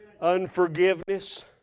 unforgiveness